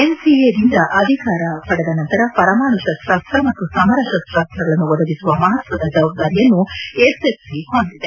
ಎನ್ಸಿಎದಿಂದ ಅಂಗೀಕಾರ ಪಡೆದ ನಂತರ ಪರಮಾಣು ಶಸ್ತಾಸ್ತ ಮತ್ತು ಸಮರ ಶಸ್ತಾಸ್ತ್ರಗಳನ್ನು ಒದಗಿಸುವ ಮಹತ್ವದ ಜವಾಬ್ದಾರಿಯನ್ನೂ ಎಸ್ಎಫ್ಸಿ ಹೊಂದಿದೆ